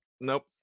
Nope